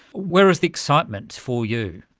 where is the excitement for you?